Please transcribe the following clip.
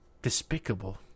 Despicable